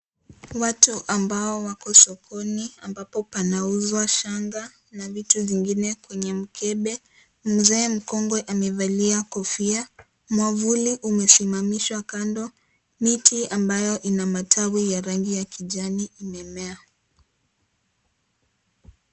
Watu ambao wako soko, ambapo panauzwa shanga na vitu zingine kwenye mkebe. Mzee mkongwe amevalia kofia. Mwavuli umesimamishwa kando. Miti ambayo ina matawi ya rangi ya kijani imemea.